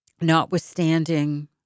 notwithstanding